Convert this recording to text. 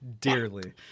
dearly